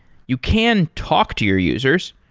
you can talk to your users.